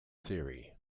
theory